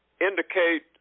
indicate